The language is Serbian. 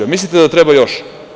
Mislite da treba još?